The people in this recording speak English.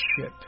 ship